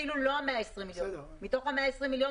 אפילו לא 120 המיליון, מתוכם 30,